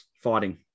fighting